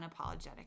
unapologetic